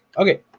okay,